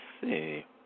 see